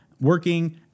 working